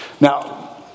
Now